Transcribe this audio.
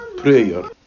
prayer